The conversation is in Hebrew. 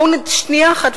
בואו שנייה אחת,